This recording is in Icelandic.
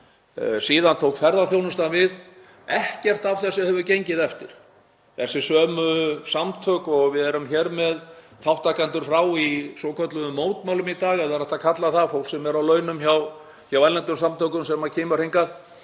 Síðan tók ferðaþjónustan við. Ekkert af þessu hefur gengið eftir. Þessi sömu samtök og við erum hér með þátttakendur frá í svokölluðum mótmælum í dag — ef það er hægt að kalla það það, fólk sem er á launum hjá erlendum samtökum sem kemur hingað